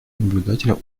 наблюдателю